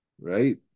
Right